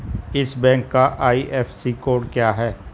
इस बैंक का IFSC code क्या है?